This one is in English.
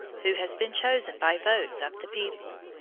who has been chosen by votes of the people.